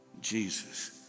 Jesus